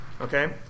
okay